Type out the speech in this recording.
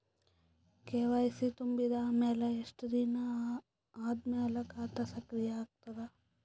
KYC ತುಂಬಿದ ಅಮೆಲ ಎಷ್ಟ ದಿನ ಆದ ಮೇಲ ಖಾತಾ ಸಕ್ರಿಯ ಅಗತದ?